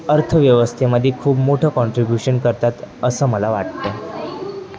अर्थव्यवस्थेमधे खूप मोठं कॉन्ट्रिब्युशन करतात असं मला वाटतं